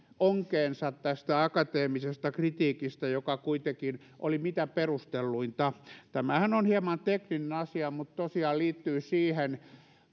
onkeensa tästä akateemisesta kritiikistä joka kuitenkin oli mitä perustelluinta tämähän on hieman tekninen asia mutta tosiaan liittyy siihen